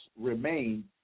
remain